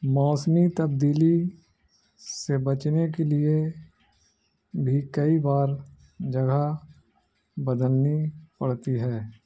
موسمی تبدیلی سے بچنے کے لیے بھی کئی بار جگہ بدلنی پڑتی ہے